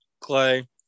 Clay